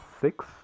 six